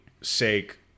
sake